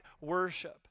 worship